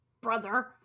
Brother